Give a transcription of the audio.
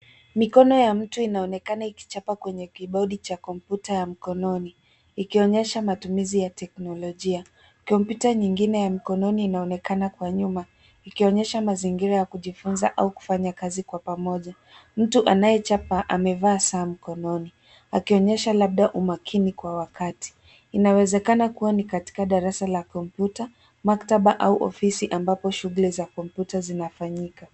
Mikono ya mtu inaonekana ikichapa kwenye kibodi cha kompyuta ya mkononi ikionyesha matumizi ya teknolojia. Kompyuta nyingine ya mkononi inaonekana kwa nyuma ikionyesha mazingira ya kujifunza au kufanya kazi kwa pamoja. Mtu anayechapa amevaa saa mkononi akionyesha labda umakini kwa wakati. Inawezekana kuwa ni katika darasa la kompyuta, maktaba au ofisi ambapo shughuli za kompyuta zinafanyika.